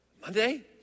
Monday